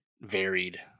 varied